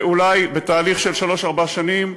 ואולי בתהליך של שלוש-ארבע שנים,